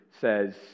says